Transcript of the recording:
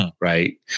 Right